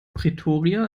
pretoria